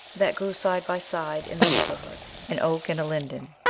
that grew side by side in the neighborhood an oak and a linden.